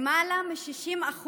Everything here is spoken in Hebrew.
למעלה מ-60%